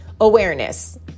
awareness